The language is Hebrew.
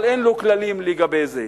אבל אין לו כללים לגבי זה.